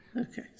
Okay